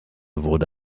wurde